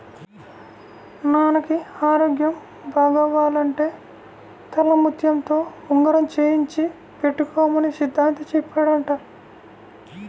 నాన్నకి ఆరోగ్యం బాగవ్వాలంటే తెల్లముత్యంతో ఉంగరం చేయించి పెట్టుకోమని సిద్ధాంతి చెప్పాడంట